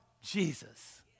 Jesus